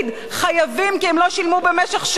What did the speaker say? חייבים כי הם לא שילמו במשך שנים.